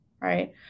right